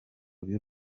by’u